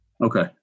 Okay